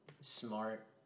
smart